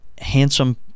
handsome